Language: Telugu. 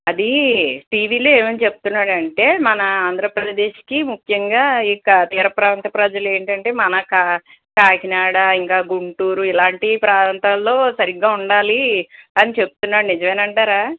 అదీ టీవీలో ఏమని చెప్తున్నాడంటే మన ఆంధ్రప్రదేశ్కి ముఖ్యంగా ఈ కా తీర ప్రాంత ప్రజలేంటంటే మన కా కాకినాడ ఇంకా గుంటూరు ఇలాంటి ప్రాంతాల్లో సరిగ్గా ఉండాలి అని చెప్తున్నాడు నిజమేనంటారా